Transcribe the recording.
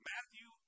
Matthew